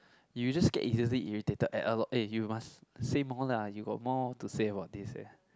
if you just get easily irritated at a lot eh you must say more lah you got more to say about this eh